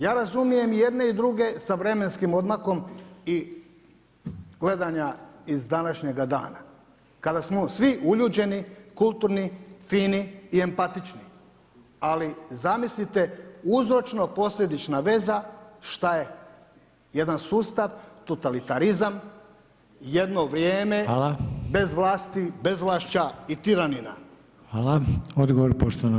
Ja razumijem i jedne i druge sa vremenskim odmakom i gledanja iz današnjega da, kada smo svi uljuđeni, kulturni, fini i empatični, ali zamislite uzročno posljedična veza šta je, jedan sustav, totalitarizam, jedno vrijeme bez vlasti, bezvlašća i tiranina.